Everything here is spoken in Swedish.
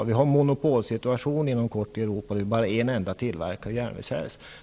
Inom kort kommer det att uppstå en monopolsituation i Europa, då endast ett företag tillverkar järnvägsräls.